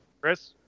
Chris